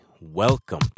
welcome